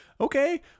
Okay